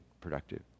productive